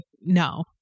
no